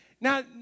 Now